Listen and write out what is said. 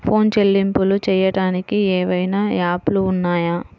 Phone చెల్లింపులు చెయ్యటానికి ఏవైనా యాప్లు ఉన్నాయా?